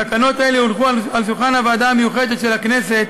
תקנות אלה הונחו על שולחן הוועדה המיוחדת של הכנסת